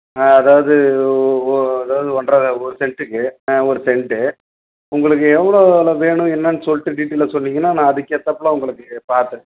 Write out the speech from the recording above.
ஆ அதாவது ஓ அதாவது ஒன்றரை ஒரு செண்ட்டுக்கு ஆ ஒரு செண்ட்டு உங்களுக்கு எவ்வளோல வேணும் என்னென்னு சொல்லிட்டு டீட்டைலாக சொன்னீங்கன்னால் நான் அதுக்கு ஏற்றாப்புல உங்களுக்கு பார்த்து